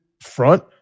front